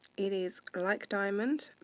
it is like diamond,